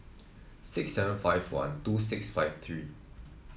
six seven five one two six five three